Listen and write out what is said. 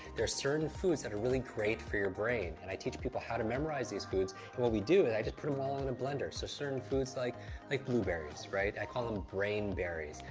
there are certain foods that are really great for your brain, and i teach people how to memorize these foods. what we do is i just put them all in a blender, so certain foods like like blueberries. i call them brain berries.